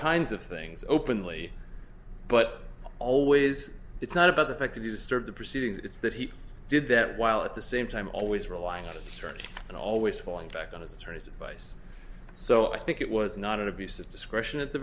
kinds of things openly but always it's not about the fact that you disturb the proceedings it's that he did that while at the same time always relying on the church and always falling back on his attorney's advice so i think it was not an abuse of discretion at the